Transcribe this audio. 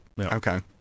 Okay